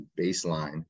baseline